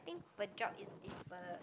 think per job is differ